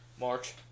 March